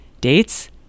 Dates